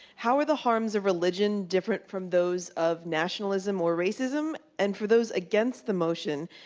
how are the harms of religion different from those of nationalism or racism? and for those against the motion,